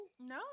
No